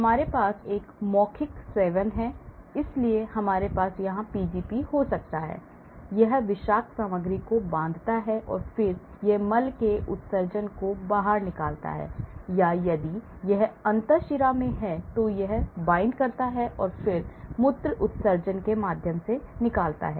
हमारे पास एक मौखिक सेवन है इसलिए हमारे पास यहाँ Pgp हो सकता है इसलिए यह विषाक्त सामग्री को बांधता है और फिर यह मल के उत्सर्जन को बाहर निकालता है या यदि यह अंतःशिरा में है तो यह बांधता है और फिर मूत्र उत्सर्जन के माध्यम से निकालता है